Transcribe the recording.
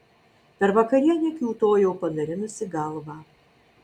per vakarienę kiūtojau panarinusi galvą